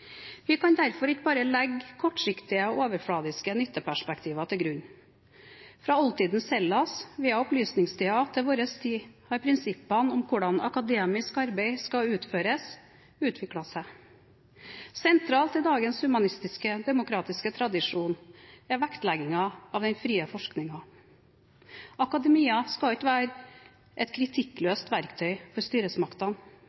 Vi kan derfor ikke bare legge kortsiktige og overfladiske nytteperspektiver til grunn. Fra oldtidens Hellas, via opplysningstiden og til vår tid har prinsippene om hvordan akademisk arbeid skal utføres, utviklet seg. Sentralt i dagens humanistiske, demokratiske tradisjon er vektleggingen av den frie forskningen. Akademia skal ikke være et